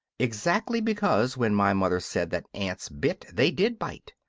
exactly because when my mother said that ants bit they did bite,